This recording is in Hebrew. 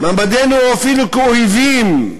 מעמדנו אפילו כאויבים.